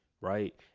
right